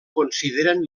consideren